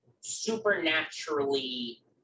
supernaturally